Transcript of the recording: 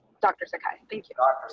doctor so kind of thank you. our